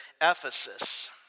Ephesus